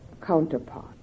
counterpart